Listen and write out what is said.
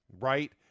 right